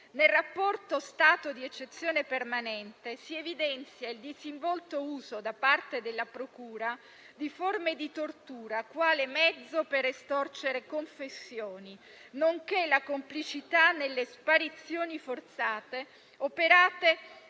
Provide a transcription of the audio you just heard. Nel rapporto «Stato d'eccezione permanente» si evidenzia il disinvolto uso da parte della procura di forme di tortura quale mezzo per estorcere confessioni, nonché la complicità nelle sparizioni forzate operate